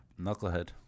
Knucklehead